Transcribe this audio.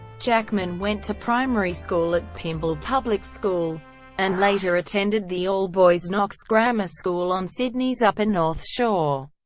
jackman went to primary school at pymble public school and later attended the all-boys knox grammar school on sydney's upper north shore,